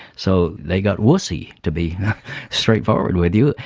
so they got woosy to be straightforward with you.